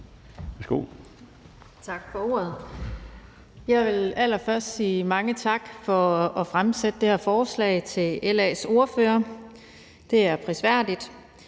Værsgo.